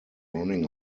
running